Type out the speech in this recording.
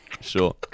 sure